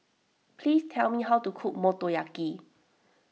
please tell me how to cook Motoyaki